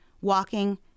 walking